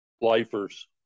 lifers